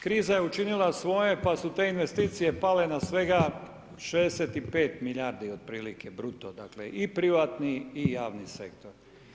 Kriza je učinila svoje, pa su te investicije pale na svega 65 milijardi otprilike bruto, dakle i privatni i javni sektor.